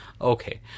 Okay